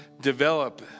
develop